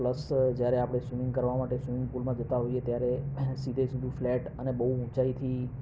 plus જ્યારે આપણે swimming કરવા માટે સ્વિમિંગ પુલમાં જતા હોઈએ ત્યારે સીધેસીધું ફ્લેટ અને બહુ ઊંચાઈથી